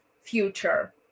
future